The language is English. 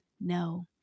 No